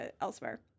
elsewhere